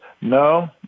No